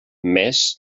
més